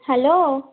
hello